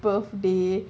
birthday